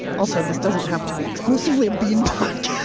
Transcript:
also, this doesn't have to be exclusively a bean podcast